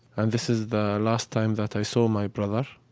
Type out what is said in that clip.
and this is the last time that i saw my brother.